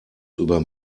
über